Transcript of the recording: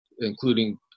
including